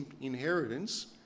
inheritance